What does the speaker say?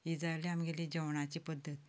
ही जाली आमगेली जेवणाची पद्दत